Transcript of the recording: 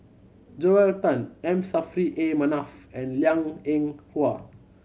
Joel Tan M Saffri A Manaf and Liang Eng Hwa